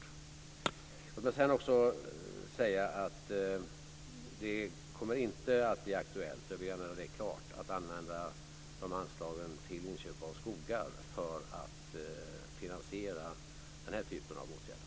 Låt mig sedan säga och göra klart att det inte kommer att bli aktuellt att använda anslagen till inköp av skogar för att finansiera den här typen av åtgärder.